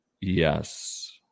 Yes